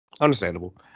Understandable